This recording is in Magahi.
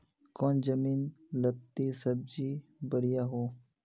कौन जमीन लत्ती सब्जी बढ़िया हों?